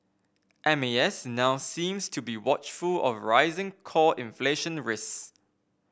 M A S now seems to be watchful of rising core inflation risks